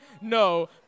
No